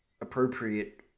appropriate